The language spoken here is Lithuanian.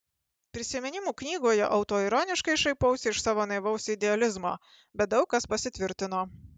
prisiminimų knygoje autoironiškai šaipausi iš savo naivaus idealizmo bet daug kas pasitvirtino